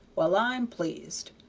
well, i'm pleased.